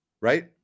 Right